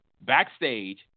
backstage